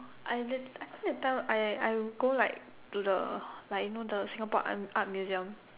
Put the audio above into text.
I did I feel that time I I will go like to the like you know the Singapore art art museum